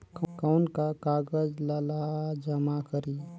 कौन का कागज ला जमा करी?